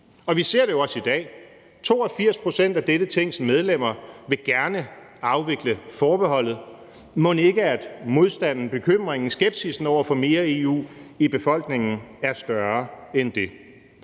Og vi ser det også i dag: 82 pct. af dette Tings medlemmer vil gerne afvikle forbeholdet. Mon ikke modstanden, bekymringen, skepsissen over for mere EU i befolkningen er større end det?